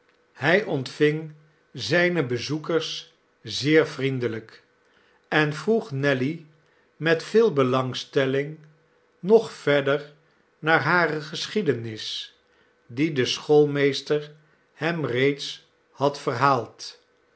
hij ontving zijne bezoekers zeer vriendelijk en vroeg nelly met veel belangstelling nog verder naar hare geschiedenis die de schoolmeester hem reeds had verhaald